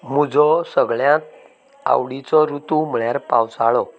म्हजो सगल्यांत आवडीचो रुतू म्हणल्यार पावसाळो